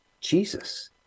Jesus